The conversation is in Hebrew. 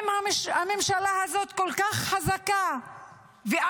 אם הממשלה הזאת כל כך חזקה ואמיצה